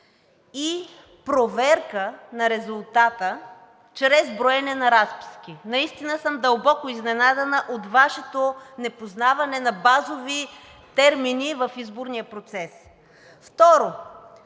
и проверка на резултата чрез броене на разписки. Наистина съм дълбоко изненадана от Вашето непознаване на базови термини в изборния процес. Второ,